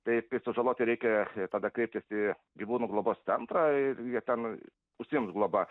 taip kai sužaloti reikia tada kreiptis į gyvūnų globos centrą ir jie ten užsiims globa